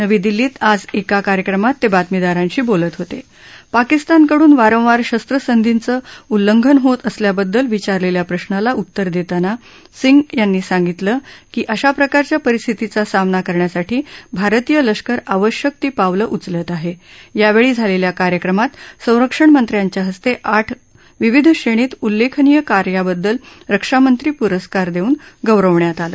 नवी दिल्लीत आज एका कार्यक्रमात त बातमीदारांशी बोलत होत पाकिस्तानकडून वारंवार शस्त्रसंधीचं उल्लंघन होत असल्याबद्दल विचारलास्या प्रश्नाला उत्तर दम्राना सिंग यांनी सांगितलं की अशा प्रकारच्या परिस्थतीचा सामना करण्यासाठी भारतीय लष्कर आवश्यक ती पावलं उचलत आह यावळी झालक्ष्या कार्यक्रमात संरक्षण मंत्र्यांच्या हस्त आठ विविध श्रप्रीत उल्लख्खनिय कार्याबददल रक्षामंत्री पुरस्कार दछन गौरवण्यात आलं